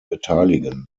beteiligen